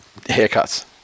haircuts